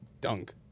dunk